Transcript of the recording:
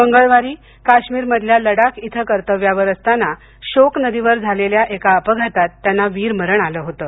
मंगळवारी काश्मीरमधल्या लडाख इथं कर्तव्यावर असताना श्योक नदीवर झालेल्या एका अपघातात त्यांना वीरमरण आलं होतं